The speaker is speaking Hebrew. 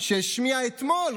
שהשמיע אתמול,